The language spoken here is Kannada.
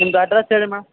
ನಿಮ್ಮದು ಅಡ್ರೆಸ್ ಹೇಳಿ ಮೇಡಮ್